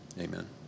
amen